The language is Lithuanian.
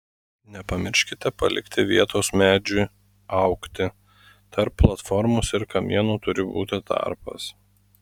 nepamirškite palikti vietos medžiui augti tarp platformos ir kamieno turi būti tarpas